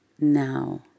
now